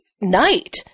night